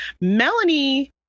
Melanie